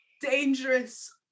dangerous